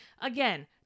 Again